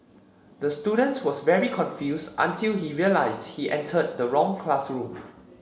the student was very confused until he realised he entered the wrong classroom